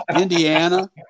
Indiana